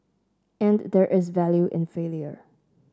and there is value in failure